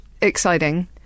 exciting